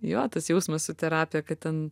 jo tas jausmas su terapija kad ten